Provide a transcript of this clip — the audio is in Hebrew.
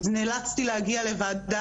ונאלצתי להגיע לוועדה,